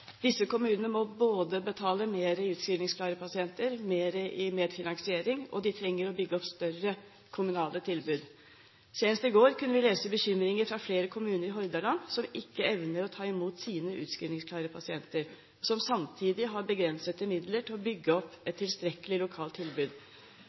Disse kommunene må betale mer med hensyn til utskrivningsklare pasienter, mer i medfinansiering, og de trenger å bygge opp større kommunale tilbud. Senest i går kunne vi lese om bekymringer fra flere kommuner i Hordaland som ikke evner å ta imot sine utskrivningsklare pasienter, og som samtidig har begrensede midler til å bygge opp